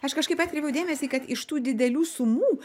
aš kažkaip atkreipiau dėmesį kad iš tų didelių sumų